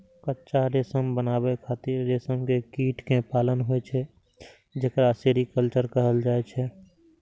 कच्चा रेशम बनाबै खातिर रेशम के कीट कें पालन होइ छै, जेकरा सेरीकल्चर कहल जाइ छै